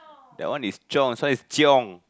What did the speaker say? that one is chong so is chiong